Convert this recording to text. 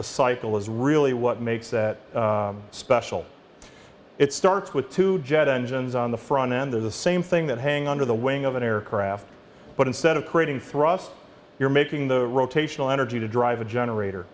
the cycle is really what makes that special it starts with two jet engines on the front end of the same thing that hang under the wing an aircraft but instead of creating thrust you're making the rotational energy to drive a generator